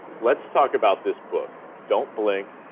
let's talk about this book. don't blink,